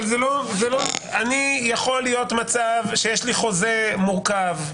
אבל יכול להיות מצב שיש לי חוזה מורכב,